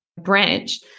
branch